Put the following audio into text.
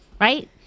right